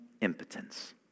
impotence